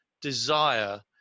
desire